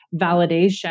validation